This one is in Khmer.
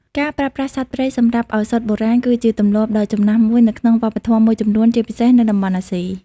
ការប្រើប្រាស់សត្វព្រៃសម្រាប់ឱសថបុរាណគឺជាទម្លាប់ដ៏ចំណាស់មួយនៅក្នុងវប្បធម៌មួយចំនួន ជាពិសេសនៅតំបន់អាស៊ី។